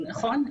נכון.